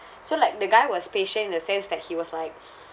so like the guy was patient in the sense that he was like